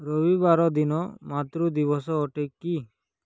ରବିବାର ଦିନ ମାତୃ ଦିବସ ଅଟେ କି